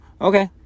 Okay